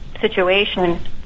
situation